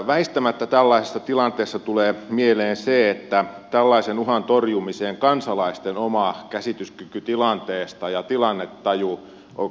väistämättä tällaisissa tilanteissa tulee mieleen se että tällaisen uhan torjumisessa kansalaisten oma käsityskyky tilanteesta ja tilannetaju korostuvat